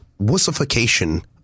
wussification